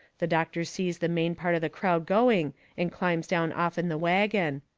the doctor sees the main part of the crowd going and climbs down off'n the wagon.